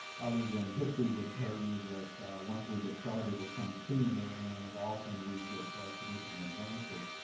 other than history would tell you that once we get started it comes sooner and often we get significant advances.